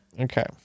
Okay